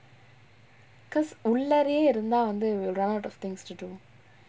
cause உள்ளாரையே இருந்தா வந்து:ullaraiyae irunthu vanthu we'll run out of things to do